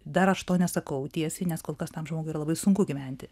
dar aš to nesakau tiesiai nes kol kas tam žmogui labai sunku gyventi